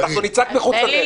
אנחנו נצעק מחוץ לדלת.